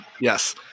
Yes